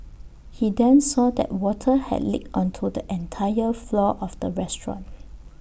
he then saw that water had leaked onto the entire floor of the restaurant